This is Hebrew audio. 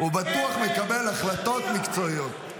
הוא בטוח מקבל החלטות מקצועיות.